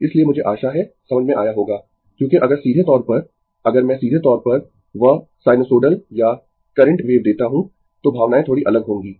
इसलिए मुझे आशा है समझ में आया होगा क्योंकि अगर सीधे तौर पर अगर मैं सीधे तौर पर वह साइनसोइडल या करंट वेव देता हूं तो भावनाएं थोड़ी अलग होंगीं